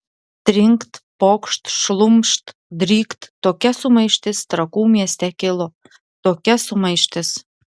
trinkt pokšt šlumšt drykt tokia sumaištis trakų mieste kilo tokia sumaištis